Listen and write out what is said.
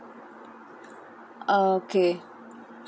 okay